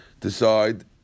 decide